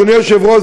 אדוני היושב-ראש,